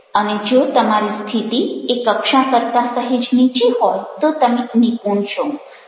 અને જો તમારી સ્થિતિ એ કક્ષા કરતાં સહેજ નીચી હોય તો તમે નિપુણ છો